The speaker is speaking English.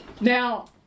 Now